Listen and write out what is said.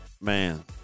man